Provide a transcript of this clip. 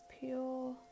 pure